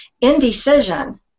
indecision